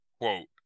quote